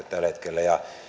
tällä hetkellä